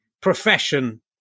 profession